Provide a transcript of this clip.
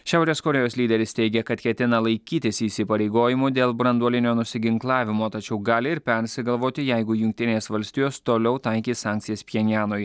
šiaurės korėjos lyderis teigia kad ketina laikytis įsipareigojimo dėl branduolinio nusiginklavimo tačiau gali ir persigalvoti jeigu jungtinės valstijos toliau taikys sankcijas pchenjanui